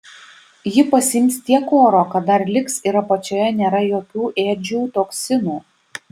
ji pasiims tiek oro kad dar liks ir apačioje nėra jokių ėdžių toksinų